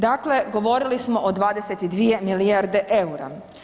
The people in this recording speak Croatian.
Dakle, govorili smo o 22 milijarde eura.